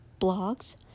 blogs